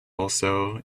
also